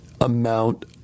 amount